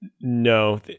No